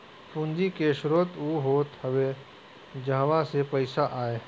पूंजी के स्रोत उ होत हवे जहवा से पईसा आए